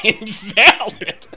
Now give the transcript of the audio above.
invalid